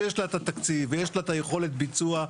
שיש לה התקציב ויש לה יכולת הביצוע,